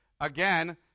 Again